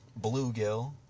bluegill